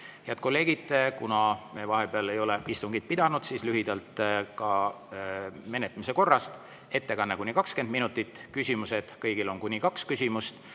Head kolleegid, kuna me vahepeal ei ole istungeid pidanud, siis lühidalt ka menetlemise korrast. Ettekanne on kuni 20 minutit. Küsimused: kõigil on õigus esitada